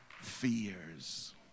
fears